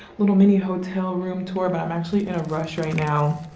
little mini hotel room tour but i'm actually in a rush right now.